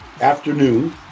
afternoon